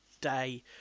day